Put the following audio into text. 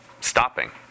stopping